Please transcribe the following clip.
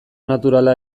naturala